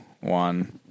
one